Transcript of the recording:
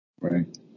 Right